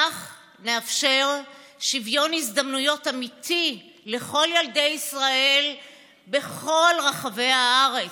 כך נאפשר שוויון הזדמנויות אמיתי לכל ילדי ישראל בכל רחבי הארץ,